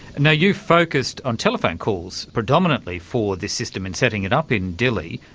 and you focused on telephone calls predominately for this system in setting it up in dili,